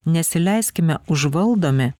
nesileiskime užvaldomi